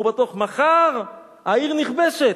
והוא בטוח, מחר העיר נכבשת.